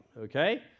okay